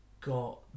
got